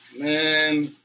Man